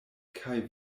kaj